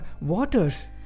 waters